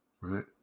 right